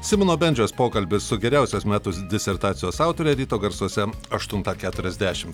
simono bendžiaus pokalbis su geriausios metus disertacijos autore ryto garsuose aštuntą keturiasdešimt